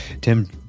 Tim